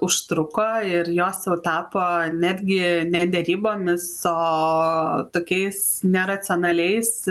užtruko ir jos jau tapo netgi ne derybomis o tokiais neracionaliais